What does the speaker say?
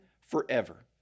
forever